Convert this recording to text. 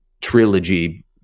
trilogy